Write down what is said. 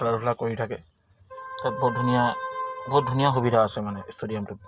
খেলা ধূলা কৰি থাকে তাত বহুত ধুনীয়া বহুত ধুনীয়া সুবিধা আছে মানে ষ্টেডিয়ামটোত